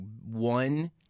one